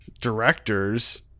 directors